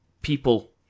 people